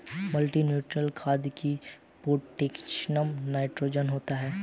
multinutrient खाद में potassium nitrogen होता है